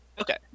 okay